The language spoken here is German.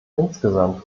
insgesamt